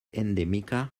endèmica